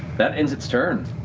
that ends its turn.